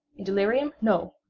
in delirium no!